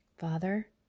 Father